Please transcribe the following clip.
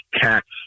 cats